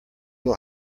will